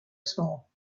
small